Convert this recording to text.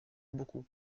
beaucoup